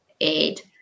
eight